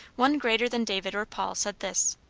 one greater than david or paul said this,